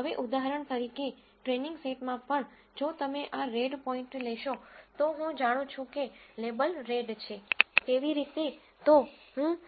હવે ઉદાહરણ તરીકે ટ્રેનીંગ સેટમાં પણ જો તમે આ રેડ પોઈન્ટ લેશો તો હું જાણું છું કે લેબલ રેડ છે કેવી રીતે તો હું